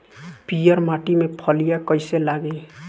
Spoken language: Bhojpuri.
पीयर माटी में फलियां कइसे लागी?